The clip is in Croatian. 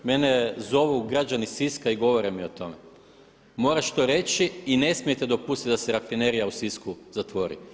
Mene zovu građani Siska i govore mi o tome, moraš to reći i ne smijete dopustiti da se Rafinerija u Sisku zatvori.